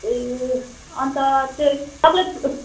ए अन्त चाहिँ चकलेट